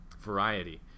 variety